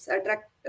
attract